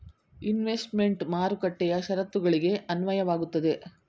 investment ಮಾರುಕಟ್ಟೆಯ ಶರತ್ತುಗಳಿಗೆ ಅನ್ವಯವಾಗುತ್ತದೆ